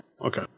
Okay